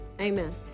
amen